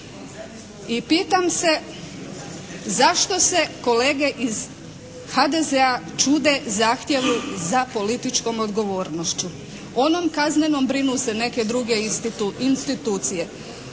i pitam se zašto se kolege iz HDZ-a čude zahtjevu za političkom odgovornošću. O onom kaznenom brinu se neke druge institucije.